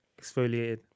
exfoliated